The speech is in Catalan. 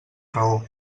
raó